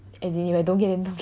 if I don't get